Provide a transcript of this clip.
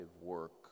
work